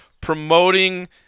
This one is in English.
promoting